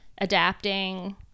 adapting